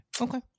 Okay